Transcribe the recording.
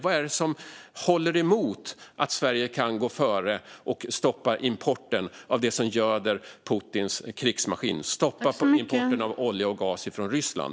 Vad är det som håller emot att Sverige kan gå före och stoppa importen av det som göder Putins krigsmaskin? Vem stoppar oss från att stoppa importen av olja och gas från Ryssland?